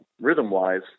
rhythm-wise